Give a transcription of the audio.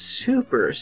super